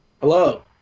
Hello